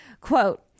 Quote